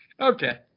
Okay